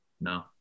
No